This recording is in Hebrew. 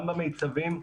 גם במיצ"בים.